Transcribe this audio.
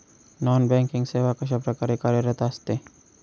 Non banking सेवा कशाप्रकारे कार्यरत असते?